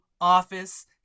office